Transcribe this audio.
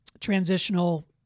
transitional